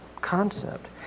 concept